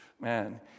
man